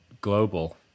global